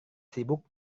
sibuk